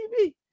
TV